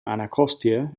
anacostia